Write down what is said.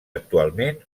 actualment